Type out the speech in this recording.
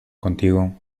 contigo